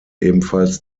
ebenfalls